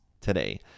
today